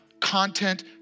content